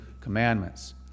commandments